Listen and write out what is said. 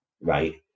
right